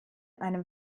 einem